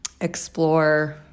explore